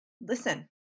listen